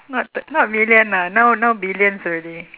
not not million ah now now billions already